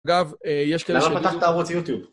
אגב, יש כאלה שהיו... למה פתחת ערוץ יוטיוב?